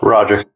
Roger